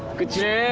good job.